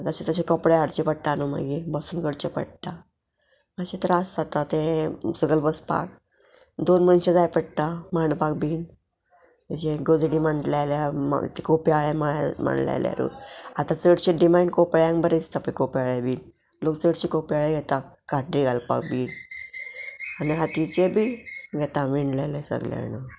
जशे तशे कपडे हाडचे पडटा न्हू मागीर बसून करचे पडटा मातशे त्रास जाता ते सगळे बसपाक दोन मनशां जाय पडटा मांडपाक बीन जशे गजडी मांडले जाल्यार कोप्याळे मां मांडले जाल्यार आतां चडशे डिमांड कोपेळ्यांक बरें दिसता पय कोप्याळे बीन लोक चडशे कोप्याळ घेता खाटीर घालपाक बीन आनी हातीचे बी घेता विणलेले सगल्यान